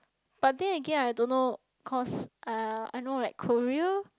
but then again I don't know because uh I know like Korea